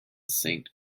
saint